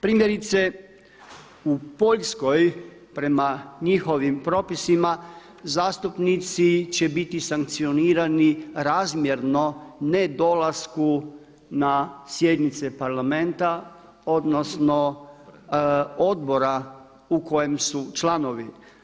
Primjerice u Poljskoj prema njihovim propisima, zastupnici će biti sankcionirani razmjerno ne dolasku na sjednice Parlamenta odnosno odbora u kojem su članovi.